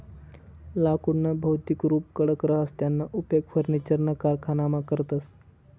लाकुडनं भौतिक रुप कडक रहास त्याना उपेग फर्निचरना कारखानामा करतस